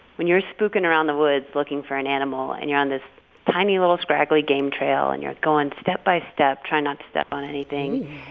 when you're spooking around the woods looking for an animal, and you're on this tiny little scraggly game trail, and you're going step by step, trying not to step on anything.